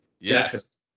Yes